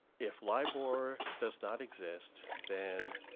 if libor does not exist, then